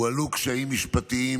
הועלו קשיים משפטיים